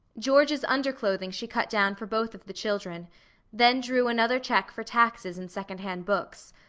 george's underclothing she cut down for both of the children then drew another check for taxes and second-hand books.